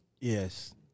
Yes